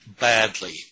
badly